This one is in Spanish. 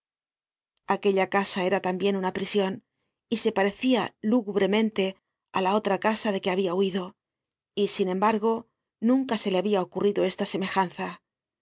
aquella casa era tambien una prision y se parecia lúgubremente á la otra casa de que habia huido y sin embargo nunca se le habia ocurrido esta semejanza